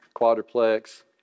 quadruplex